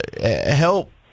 Help